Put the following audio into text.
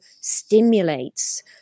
stimulates